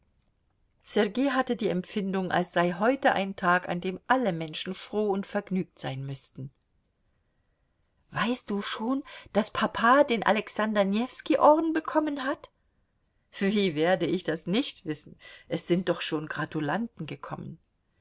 sergei hatte die empfindung als sei heute ein tag an dem alle menschen froh und vergnügt sein müßten weißt du schon daß papa den alexander newski orden bekommen hat wie werde ich das nicht wissen es sind doch schon gratulanten gekommen